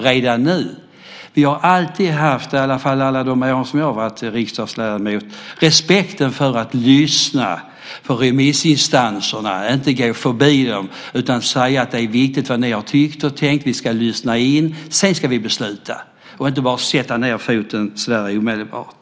Men vi har alltid - i alla fall under alla mina år som riksdagsledamot - haft en respekt för att lyssna på remissinstanserna och inte gå förbi dem utan säga att det är viktigt vad de tyckt och tänkt, att vi ska lyssna in det och sedan besluta i stället för att omedelbart sätta ned foten.